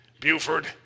Buford